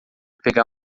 pegar